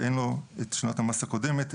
אין לו את שנת המס הקודמת,